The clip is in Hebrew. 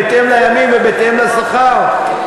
בהתאם לימים ובהתאם לשכר.